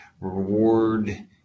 reward